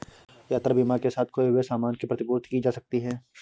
यात्रा बीमा के साथ खोए हुए सामान की प्रतिपूर्ति की जा सकती है